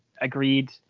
agreed